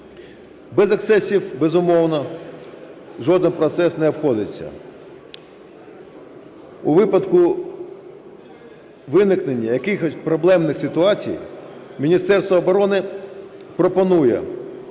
Без ексцесів, безумовно, жодний процес не обходиться. У випадку виникнення якихось проблемних ситуацій Міністерство оборони пропонує